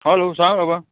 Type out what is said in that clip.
hello सांग बाबा